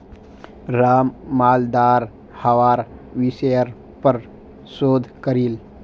राम मालदार हवार विषयर् पर शोध करील